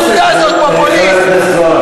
בנטל.